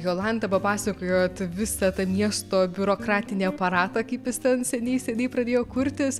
jolanta papasakojot visą tą miesto biurokratinį aparatą kaip jis ten seniai seniai pradėjo kurtis